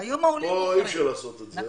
פה אי-אפשר לעשות את זה,